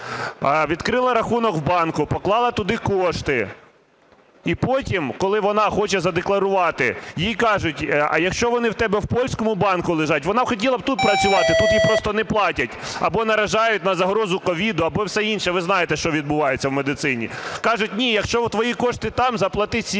Відкрила рахунок в банку, поклала туди кошти. І потім, коли вона хоче задекларувати, їй кажуть: а якщо вони у тебе в польському банку лежать… Вона хотіла б тут працювати, тут їй просто не платять або наражають на загрозу COVID, або все інше, ви знаєте, що відбувається в медицині. Кажуть: ні, якщо твої кошти там, заплати 7